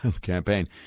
campaign